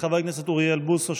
חבר הכנסת אוריאל בוסו,